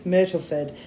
Myrtleford